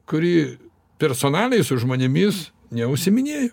kuri personaliai su žmonėmis neužsiiminėjo